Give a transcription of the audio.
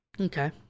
Okay